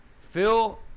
Phil